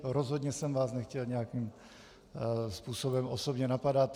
Rozhodně jsem vás nechtěl nějakým způsobem osobně napadat.